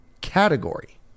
category